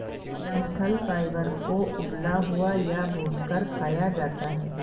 डंठल फाइबर को उबला हुआ या भूनकर खाया जाता है